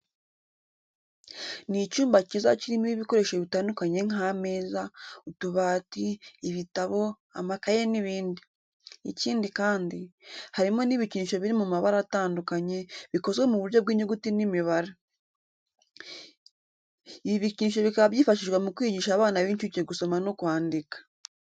Ni icyumba cyiza kirimo ibikoresho bitandukanye nk'ameza, utubati, ibitabo, amakayi n'ibindi. Ikindi kandi, harimo n'ibikinisho biri mu mabara atandukanye, bikozwe mu buryo bw'inyuguti n'imibare. Ibi bikinisho bikaba byifashishwa mu kwigisha abana b'incuke gusoma no kwandika.